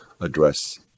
address